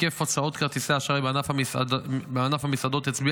היקף הוצאות כרטיסי האשראי בענף המסעדות הצביע